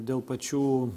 dėl pačių